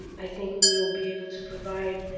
i think we will be able to provide,